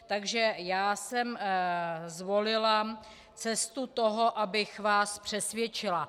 Takže jsem zvolila cestu toho, abych vás přesvědčila.